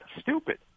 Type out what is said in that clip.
stupid